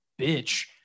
bitch